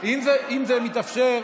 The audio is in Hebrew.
אם זה מתאפשר.